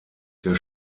der